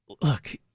Look